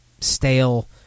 stale